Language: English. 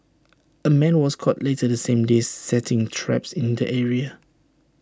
A man was caught later the same day setting traps in the area